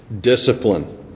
discipline